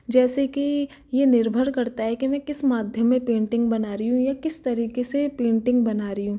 जैसे कि यह निर्भर करता है कि मैं किस माध्यम में पेंटिंग बना रही हूँ या किस तरीके से पेंटिंग बना रही हूँ